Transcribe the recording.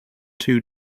two